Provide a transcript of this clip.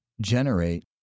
generate